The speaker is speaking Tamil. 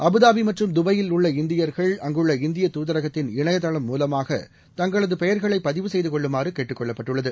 அபுதாபிமற்றும் துபாயில் உள்ள இந்தியா்கள் அங்குள்ள இந்திய துதரகத்தின் இணையதள மூலமாக தங்களதுபெயர்களைபதிவு செய்துகொள்ளுமாறுகேட்டுக் கொள்ளப்பட்டுள்ளது